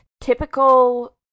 typical